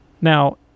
Now